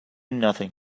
nothing